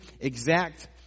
exact